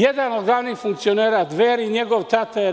Jedan od glavnih funkcionera Dveri, njegov tata je